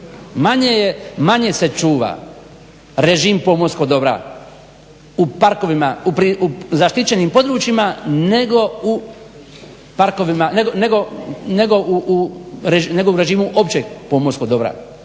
Manje se čuva režim pomorskog dobra u zaštićenim područjima nego u režimu općeg pomorskog dobra,